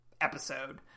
episode